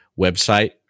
website